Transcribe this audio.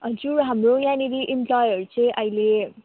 हजुर हाम्रो यहाँनिर इम्प्लोयरहरू चाहिँ अहिले